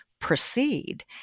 proceed